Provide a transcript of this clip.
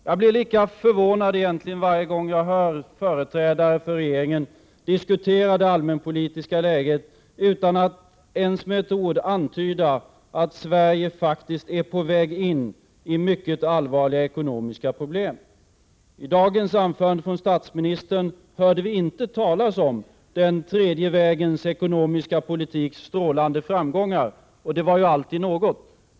Jag blir egentligen lika förvånad varje gång när jag hör företrädare för regeringen diskutera det allmänpolitiska läget utan att ens med ett ord antyda att Sverige faktiskt är på väg in i mycket allvarliga ekonomiska problem. I dagens anförande från statsministern hörde vi inte talas om den tredje vägens ekonomiska politiks strålande framgångar, och detta är alltid någonting.